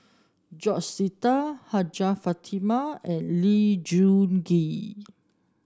George Sita Hajjah Fatimah and Lee Choon Kee